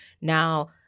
now